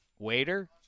Waiter